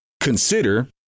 consider